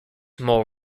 mole